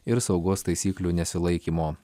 ir saugos taisyklių nesilaikymo